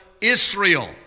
Israel